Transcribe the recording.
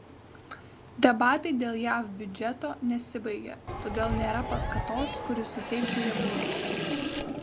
debatai dėl jav biudžeto nesibaigia todėl nėra paskatos kuri suteiktų jėgų